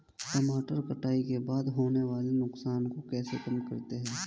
टमाटर कटाई के बाद होने वाले नुकसान को कैसे कम करते हैं?